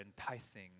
enticing